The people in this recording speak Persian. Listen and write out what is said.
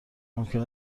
ممکن